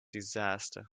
disaster